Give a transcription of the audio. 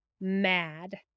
mad